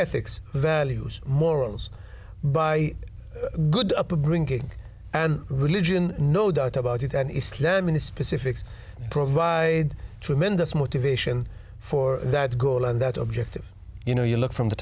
ethics values morals by good upbringing and religion no doubt about it and it's then when the specifics provide tremendous motivation for that goal and that objective you know you look from the